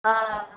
ହଁ